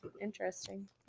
interesting